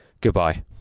Goodbye